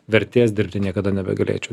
vertės dirbti niekada nebegalėčiau